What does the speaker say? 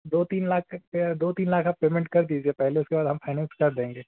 दो तीन लाख तक या दो तीन लाख आप पेमेंट कर दीजिए पहले उसके बाद आप फाइनेन्स कर देंगे